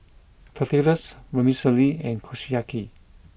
Tortillas Vermicelli and Kushiyaki